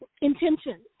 intention